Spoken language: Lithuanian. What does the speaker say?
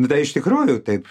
nu tai iš tikrųjų taip